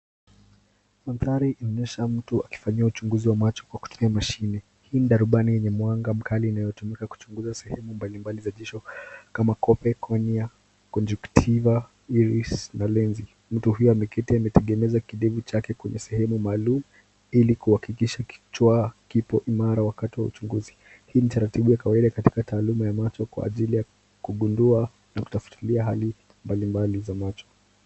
Mandhari inaonyesha mtu akifanyiwa uchunguzi wa macho kwa kutumia mashine. Hii ni darubani yenye mwanga mkali inayotumika kuchunguza sehemu mbalimbali za jicho kama kobe, komia, conjuctiva . Mtu huyo ameketi ametengeneza kidevu chake kwenye sehemu maalum, ili kuhakikisha kichwa kipo imara wakati wa uchunguzi. Hii ni taratibu ya kawaida katika taaluma ya macho kwa ajili ya kugundua na kutafutia hali mbalimbali.